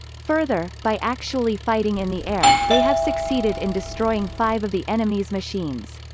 further, by actually fighting in the air, they have succeeded in destroying five of the enemy's machines.